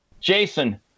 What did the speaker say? Jason